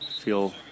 feel